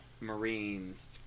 Marines